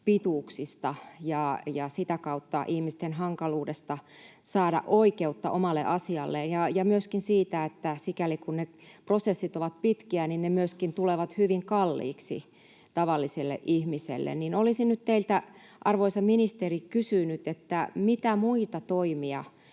pituuksista ja sitä kautta ihmisten hankaluudesta saada oikeutta omalle asialleen ja myöskin siitä, että sikäli kun prosessit ovat pitkiä, ne myöskin tulevat hyvin kalliiksi tavalliselle ihmiselle. Olisin nyt teiltä, arvoisa ministeri, kysynyt: mitä muita toimia